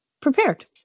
prepared